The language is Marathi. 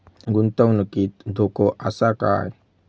गुंतवणुकीत धोको आसा काय?